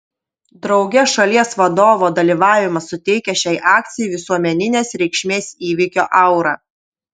drauge šalies vadovo dalyvavimas suteikia šiai akcijai visuomeninės reikšmės įvykio aurą